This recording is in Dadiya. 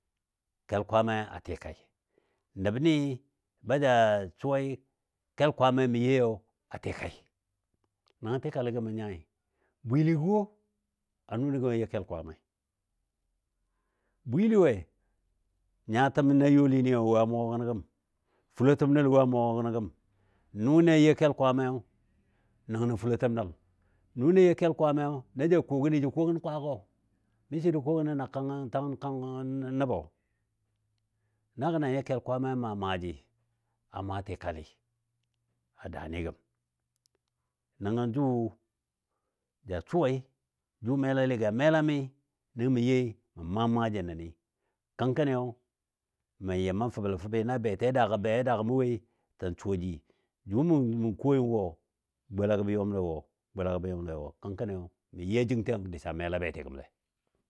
kel Kwaammai a tikali, nəbni baja suwai kel Kwaammai mə youi, a tikai. Nəngɔ mə nyai tikali bwiligɔwo nʊni gəm you kel Kwaamai, bwili we? Nyatəm na youlini wo a mʊgɔ gənɔ gəm, fulotəm nəl lɔ wo a mʊgɔ gənɔ gəm. nʊnɨ a you kel kwaammai nəngnɔ fulotəm nəl, nʊni a you kel Kwaamayo na ja ko gəni jə ko gən kwaagɔ, miso jə ko gənne kanga tangən kanga nəbɔ, na gənanyi kel Kwaammai a maa maaji, a maa tikali a daani gəm nəngɔ jʊ ja suwai, jʊ melaligɔ a melami, nəngɔ mə you mə maa maaji nən ni. Kənkni mə yɨm mə fəble fəbi na beti daagɔ a be daagɔ mə woi tən suwa ji jʊ mə koi wo, golagɔ bə yɔmle wo, golagɔ bə yɔmle. Kənkoni mə yɨ a jing tiyan diso yan mela beti gəmle.